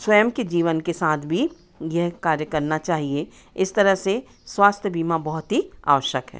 स्वयं के जीवन के साथ भी यह कार्य करना चाहिए इस तरह से स्वास्थ्य बीमा बहुत ही आवश्यक है